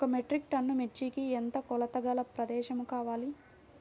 ఒక metric tonne మిర్చికి ఎంత కొలతగల ప్రదేశము కావాలీ?